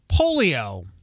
polio